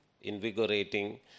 invigorating